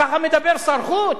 ככה מדבר שר חוץ?